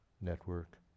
network